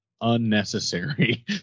unnecessary